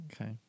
Okay